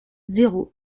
zéro